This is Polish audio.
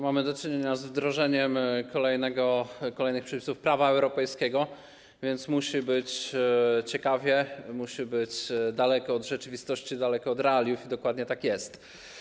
Mamy do czynienia z wdrożeniem kolejnych przepisów prawa europejskiego, więc musi być ciekawie, musi być daleko od rzeczywistości, daleko od realiów i dokładnie tak jest.